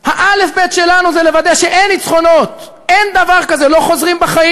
עכשיו זה היכולת, אין לו יכולת.